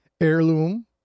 Heirloom